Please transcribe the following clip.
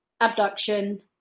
abduction